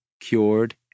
cured